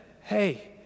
hey